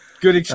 Good